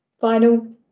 final